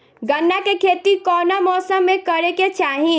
गन्ना के खेती कौना मौसम में करेके चाही?